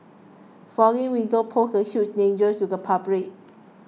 falling windows pose a huge danger to the public